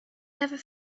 never